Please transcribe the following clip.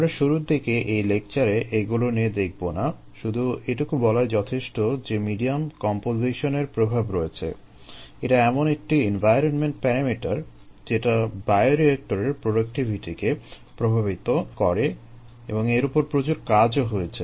আমরা শুরুর দিকের এই লেকচারে এগুলো নিয়ে দেখবো না শুধু এটুকু বলাই যথেষ্ট যে মিডিয়াম কম্পোজিশনের প্রভাব রয়েছে এটা এমন একটি এনভায়রনমেন্ট প্যারামিটার যেটা বায়োরিয়েক্টরের প্রোডাক্টিভিটিকে প্রভাবিত করে এবং এর উপর প্রচুর কাজও হয়েছে